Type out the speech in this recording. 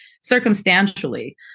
circumstantially